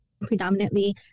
predominantly